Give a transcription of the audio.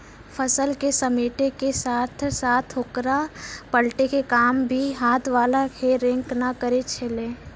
फसल क समेटै के साथॅ साथॅ होकरा पलटै के काम भी हाथ वाला हे रेक न करै छेलै